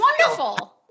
wonderful